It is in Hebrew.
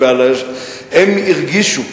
הם הרגישו.